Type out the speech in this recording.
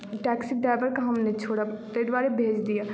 taxi ड्राइवरकेँ हम नहि छोड़ब ताहिद्वारे भेज दिअ